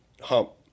Hump